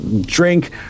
drink